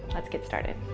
let's get started.